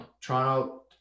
Toronto